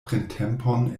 printempon